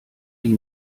die